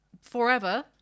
forever